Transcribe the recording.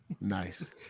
Nice